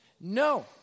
No